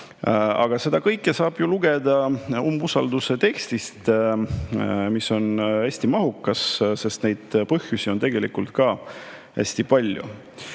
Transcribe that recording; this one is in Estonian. Aga seda kõike saab lugeda umbusaldusavalduse tekstist, mis on hästi mahukas, sest põhjusi on tegelikult hästi palju.